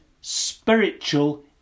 spiritual